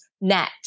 net